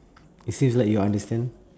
it seems like you understand